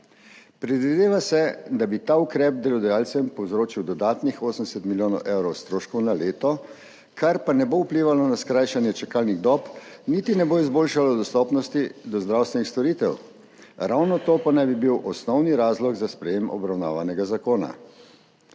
Predvideva se, da bi ta ukrep delodajalcem povzročil dodatnih 80 milijonov evrov stroškov na leto, kar pa ne bo vplivalo na skrajšanje čakalnih dob, niti ne bo izboljšalo dostopnosti do zdravstvenih storitev. Ravno to pa naj bi bil osnovni razlog za sprejem obravnavanega zakona.